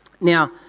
Now